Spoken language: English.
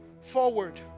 forward